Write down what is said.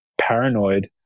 paranoid